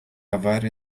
авария